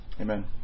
Amen